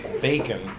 bacon